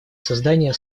создания